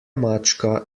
mačka